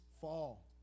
fall